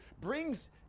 brings